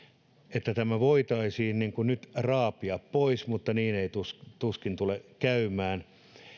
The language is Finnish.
että tämä voitaisiin nyt raapia pois mutta niin tuskin tulee käymään